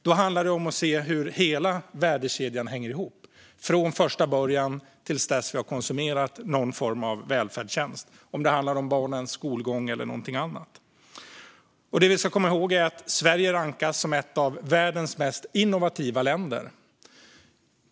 Då handlar det om att se hur hela värdekedjan hänger ihop, från första början till dess att vi har konsumerat någon form av välfärdstjänst, om det så handlar om barnens skolgång eller någonting annat. Det vi ska komma ihåg är att Sverige rankas som ett av världens mest innovativa länder.